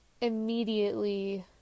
immediately